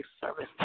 service